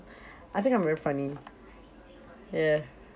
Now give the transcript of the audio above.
I think I'm very funny ya